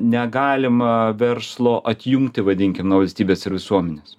negalima verslo atjungti vadinkim nuo valstybės ir visuomenės